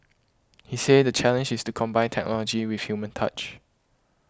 he said the challenge is to combine technology with human touch